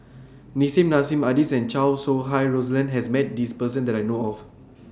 Nissim Nassim Adis and Chow Sau Hai Roland has Met This Person that I know of